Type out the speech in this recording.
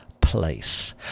place